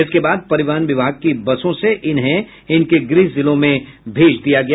इसके बाद परिवहन विभाग की बसों से इन्हें इनके गृह जिलों में भेजा गया है